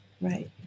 Right